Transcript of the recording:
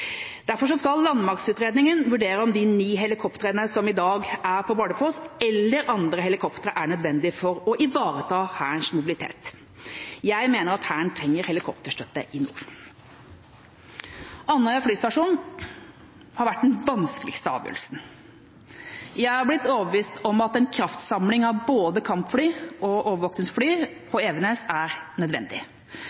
Derfor skal landmaktutredningen vurdere om de ni helikoptrene som i dag er på Bardufoss, eller andre helikoptre, er nødvendig for å ivareta Hærens mobilitet. Jeg mener at Hæren trenger helikopterstøtte i nord. Andøya flystasjon har vært den vanskeligste avgjørelsen. Jeg er blitt overbevist om at en kraftsamling av både kampfly og